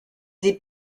des